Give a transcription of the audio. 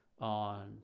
on